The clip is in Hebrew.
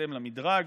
בהתאם למדרג